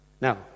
Now